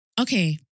Okay